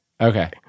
Okay